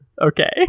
Okay